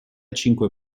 cinque